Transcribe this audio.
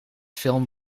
film